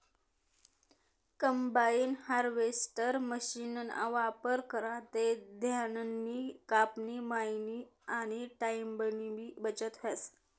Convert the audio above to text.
combine harvester मशीनना वापर करा ते धान्यनी कापनी, मयनी आनी टाईमनीबी बचत व्हस